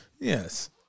Yes